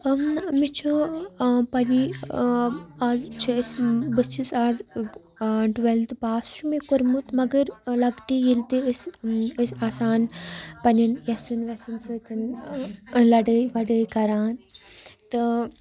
مےٚ چھُ پنٛنہِ آز چھِ أسۍ بہٕ چھس آز ٹُویلتھٕ پاس چھُ مےٚ کوٚرمُت مگر لۄکٹہِ ییٚلہِ تہِ أسۍ ٲسۍ آسان پںٛنٮ۪ن یَژھان ویسَن سۭتۍ لَڑٲے وَڑٲے کَران تہٕ